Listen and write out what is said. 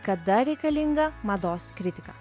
kada reikalinga mados kritika